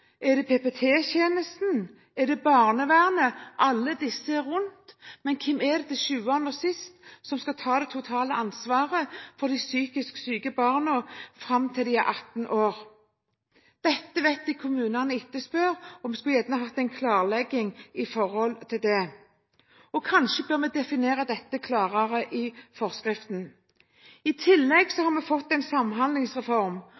er det barnehagen, er det PPT-tjenesten, er det barnevernet – av alle disse som er rundt barna – som til sjuende og sist skal ta det totale ansvaret for de psykisk syke barna fram til de er 18 år? Dette vet jeg kommunene etterspør, og vi skulle gjerne hatt en klarlegging av det. Kanskje bør vi definere dette klarere i forskriften. I tillegg